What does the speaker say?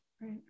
Right